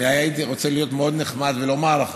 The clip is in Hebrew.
הייתי רוצה להיות מאוד נחמד ולומר לך,